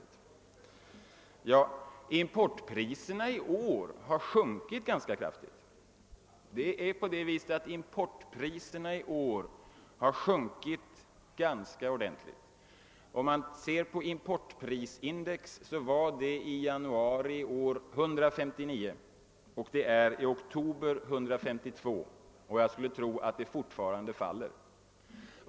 Men importpriserna har tvärtom i år sjunkit ganska kraftigt. Importprisindex låg i januari på 159 men hade i oktober sjunkit till 152, och jag skulle tro att det fortfarande faller.